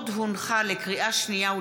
אנחנו